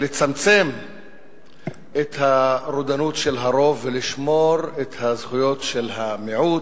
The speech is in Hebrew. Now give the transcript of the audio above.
ולצמצם את הרודנות של הרוב ולשמור את הזכויות של המיעוט,